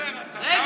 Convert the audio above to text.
רגע, רגע.